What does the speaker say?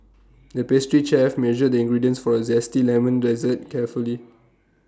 the pastry chef measured the ingredients for A Zesty Lemon Dessert carefully